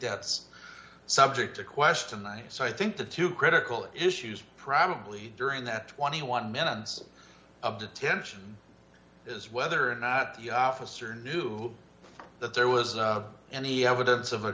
that's subject to question i so i think the two critical issues probably during that twenty one minutes of detention is whether or not officer knew that there was any evidence of a